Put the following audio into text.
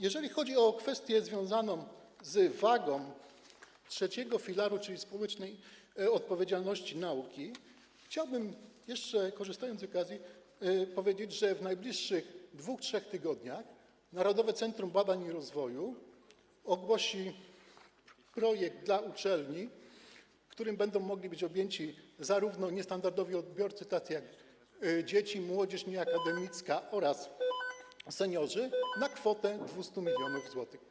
Jeżeli chodzi o kwestię związaną z wagą trzeciego filaru, czyli „Społecznej odpowiedzialności nauki”, to chciałbym jeszcze, korzystając z okazji, powiedzieć, że w najbliższych 2–3 tygodniach Narodowe Centrum Badań i Rozwoju ogłosi projekt dla uczelni, którym będą mogli być objęci również niestandardowi odbiorcy, tacy jak dzieci i młodzież nieakademicka oraz seniorzy, na kwotę 200 mln zł.